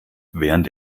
während